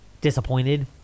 disappointed